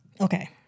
Okay